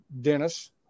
Dennis